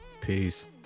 Peace